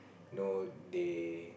know they